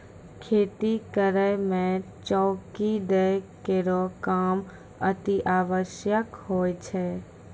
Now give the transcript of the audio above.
खेती करै म चौकी दै केरो काम अतिआवश्यक होय छै